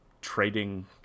trading